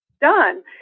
done